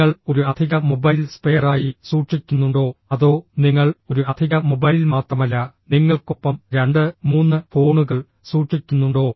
നിങ്ങൾ ഒരു അധിക മൊബൈൽ സ്പെയറായി സൂക്ഷിക്കുന്നുണ്ടോ അതോ നിങ്ങൾ ഒരു അധിക മൊബൈൽ മാത്രമല്ല നിങ്ങൾക്കൊപ്പം രണ്ട് മൂന്ന് ഫോണുകൾ സൂക്ഷിക്കുന്നുണ്ടോ